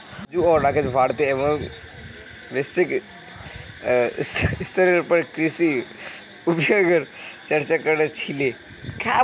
राजू आर राकेश भारतीय एवं वैश्विक स्तरेर पर कृषि उद्योगगेर चर्चा क र छीले